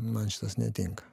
man šitas netinka